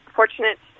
fortunate